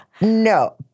No